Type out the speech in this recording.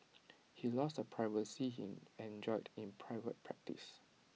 he loses the privacy he enjoyed in private practice